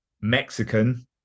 Mexican